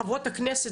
חברת הכנסת,